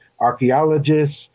archaeologists